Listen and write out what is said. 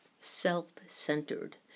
self-centered